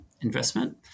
investment